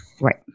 Right